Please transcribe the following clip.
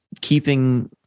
keeping